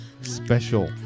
special